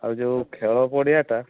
ଆଉ ଯେଉଁ ଖେଳ ପଡ଼ିଆଟା